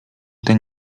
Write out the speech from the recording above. ten